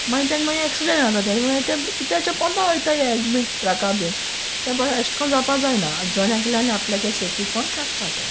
मागीर तेंकां मागीर एक्सिडेंट जाता तेंकां मागीर किद्याचें पोंदां वोयताय हेज्या बीन ट्रका पोंदा बीन ते भायर एशें कोन्न जावपा जायना जोण एकल्यान आपल्यागे सेफ्टीपोण राखपा जाय एशें आं